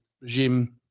regime